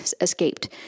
escaped